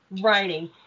writing